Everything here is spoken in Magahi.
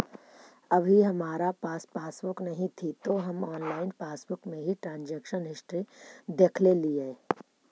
अभी हमारा पास पासबुक नहीं थी तो हम ऑनलाइन पासबुक में ही ट्रांजेक्शन हिस्ट्री देखलेलिये